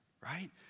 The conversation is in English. right